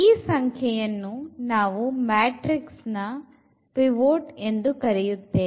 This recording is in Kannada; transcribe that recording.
ಈ ಸಂಖ್ಯೆಯನ್ನು ನಾವು ಮ್ಯಾಟ್ರಿಕ್ಸ್ ನ ಪಿವೊಟ್ ಎಂದು ಕರೆಯುತ್ತೇವೆ